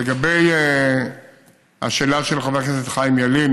לגבי השאלה של חבר הכנסת חיים ילין,